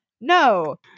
No